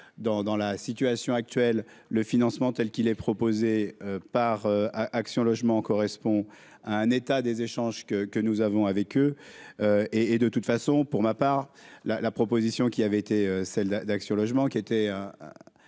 dans la situation actuelle, le financement, telle qu'il est proposé par Action Logement correspond à un état des échanges que que nous avons avec eux et, et, de toute façon, pour ma part la la proposition qui avait été celle-là. Sur le logement, qui était